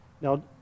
Now